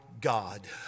God